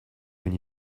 when